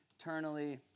eternally